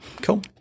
Cool